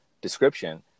description